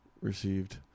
received